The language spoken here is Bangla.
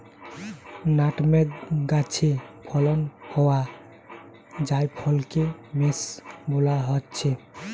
নাটমেগ গাছে ফলন হোয়া জায়ফলকে মেস বোলা হচ্ছে